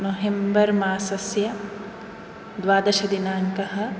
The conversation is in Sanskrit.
नवेम्बर्मासस्य द्वादशदिनाङ्कः